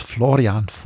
Florian